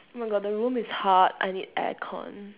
oh my god the room is hot I need air con